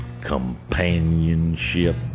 companionship